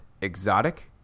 exotic